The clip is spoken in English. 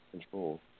control